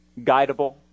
guidable